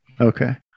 Okay